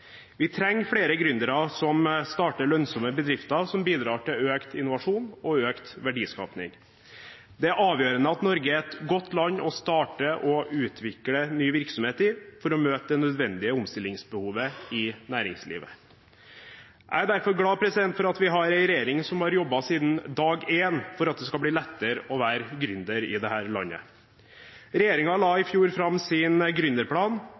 Vi trenger flere gründere som starter lønnsomme bedrifter som bidrar til økt innovasjon og økt verdiskaping. Det er avgjørende at Norge er et godt land å starte og utvikle ny virksomhet i for å møte det nødvendige omstillingsbehovet i næringslivet. Jeg er derfor glad for at vi har en regjering som har jobbet siden dag én for at det skal bli lettere å være gründer i dette landet. Regjeringen la i fjor fram sin